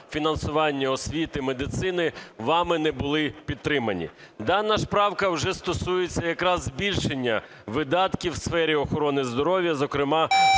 фінансування освіти, медицини вами не були підтримані. Дана ж правка вже стосується якраз збільшення видатків у сфері охорони здоров'я, зокрема,